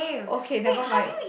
okay nevermind